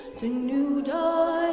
it's a new dawn